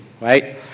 right